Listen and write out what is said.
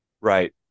Right